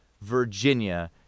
Virginia